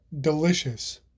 Delicious